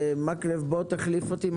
מקלב, בוא תחליף אותי.